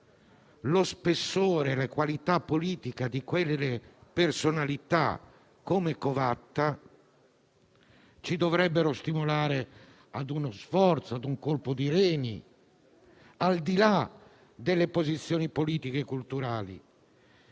Lo spessore e la qualità politica di personalità come Covatta ci dovrebbero stimolare a uno sforzo, a un colpo di reni, al di là delle posizioni politiche e culturali,